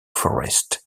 forest